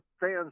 fans